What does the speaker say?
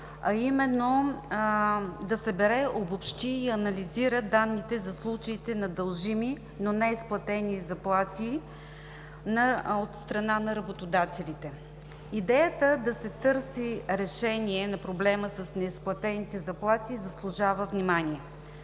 а именно да събере, обобщи и анализира данните за случаите на дължими, но неизплатени заплати от страна на работодателите. Идеята да се търси решение на проблема с неизплатените заплати заслужава внимание.